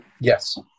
Yes